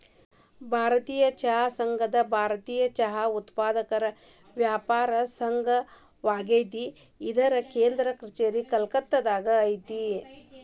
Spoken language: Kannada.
ಭಾರತೇಯ ಚಹಾ ಸಂಘ ಭಾರತೇಯ ಚಹಾ ಉತ್ಪಾದಕರ ವ್ಯಾಪಾರ ಸಂಘವಾಗೇತಿ ಇದರ ಕೇಂದ್ರ ಕಛೇರಿ ಕೋಲ್ಕತ್ತಾದಾಗ ಐತಿ